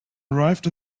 arrived